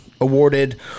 awarded